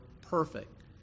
perfect